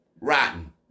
rotten